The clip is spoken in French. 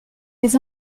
les